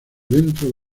dentro